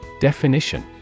Definition